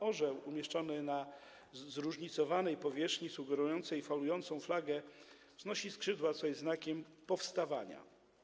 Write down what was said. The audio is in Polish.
Orzeł umieszczony na zróżnicowanej powierzchni sugerującej falującą flagę wznosi skrzydła, co jest znakiem powstawania.